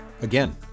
Again